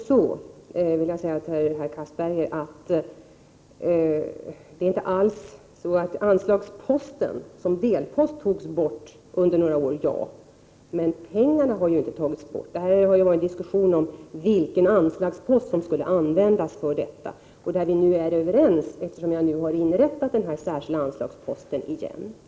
Jag vill till herr Castberger säga att anslagsposten var borttagen som delpost under några år, men att pengarna däremot inte har dragits in. Det har förts en diskussion om vilken anslagspost som skulle användas för detta ändamål. Vi är nu överens på den här punkten, och jag har sett till att anslagsposten nu återigen inrättats.